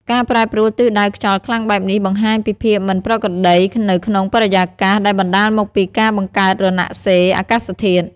ការប្រែប្រួលទិសដៅខ្យល់ខ្លាំងបែបនេះបង្ហាញពីភាពមិនប្រក្រតីនៅក្នុងបរិយាកាស ដែលបណ្តាលមកពីការបង្កើតរណសិរ្សអាកាសធាតុ ។